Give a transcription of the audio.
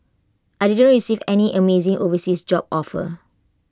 I didn't receive any amazing overseas job offer